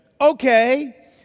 okay